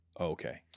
Okay